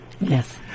Yes